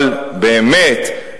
אבל באמת,